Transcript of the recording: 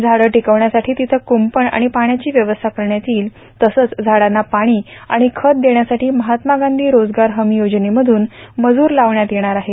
झाडं टिकवण्यासाठी तिथं कुंपण आणि पाण्याची व्यवस्था करण्यात येईल तसंच झाडांना पाणी आणि खत देण्याासठी महात्मा गांधी रोजगार हमी योजनेमधून मजूर लावण्यात येणार आहेत